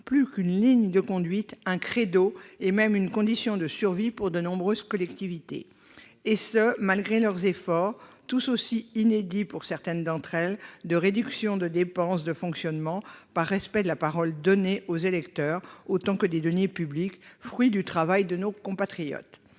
précédente législature, un credo et même une condition de survie pour de nombreuses collectivités, malgré leurs efforts, tout aussi inédits, pour certaines d'entre elles, de réduction des dépenses de fonctionnement, par respect de la parole donnée aux électeurs autant que des deniers publics, fruits du travail de nos compatriotes.